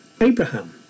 Abraham